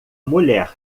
mulher